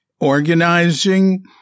organizing